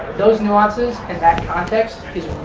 those nuances and that context